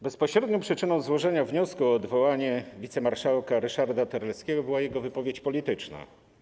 Bezpośrednią przyczyną złożenia wniosku o odwołanie wicemarszałka Ryszarda Terleckiego była jego wypowiedź polityczna.